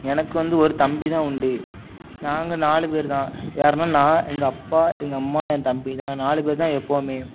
எனக்கு வந்து ஒரு தம்பி தான் உண்டு நாங்கள் நாலு பேர் தான் யார்னா நான் எங்கப்பா எங்கம்மா என் தம்பி நாங்கள் நாலு பேர் தான் எப்பவும்